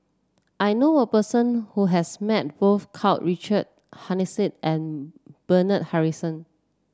I know a person who has met both Karl Richard Hanitsch and Bernard Harrison